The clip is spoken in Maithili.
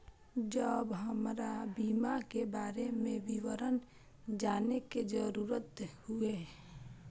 जब हमरा बीमा के बारे में विवरण जाने के जरूरत हुए?